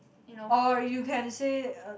you know